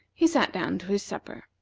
he sat down to his supper.